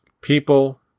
people